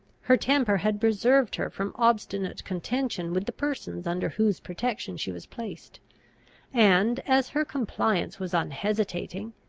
her temper had preserved her from obstinate contention with the persons under whose protection she was placed and, as her compliance was unhesitating,